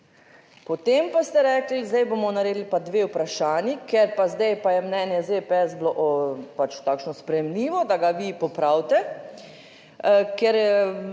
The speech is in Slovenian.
Potem pa ste rekli zdaj bomo naredili pa dve vprašanji, ker pa zdaj pa je mnenje ZPS bilo pač takšno sprejemljivo, da ga vi popravite,